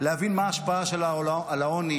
להבין מה ההשפעה שלה על העוני.